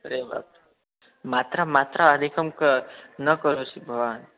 तदेव मात्रांम् मात्रा अधिकं किं न करोति भवान्